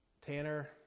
Tanner